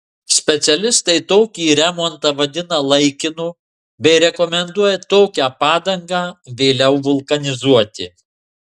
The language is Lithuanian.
specialistai tokį remontą vadina laikinu bei rekomenduoja tokią padangą vėliau vulkanizuoti